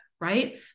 right